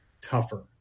tougher